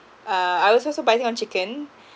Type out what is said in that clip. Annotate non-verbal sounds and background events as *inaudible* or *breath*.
uh I was also biting on chicken *breath*